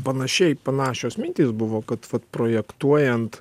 panašiai panašios mintys buvo kad projektuojant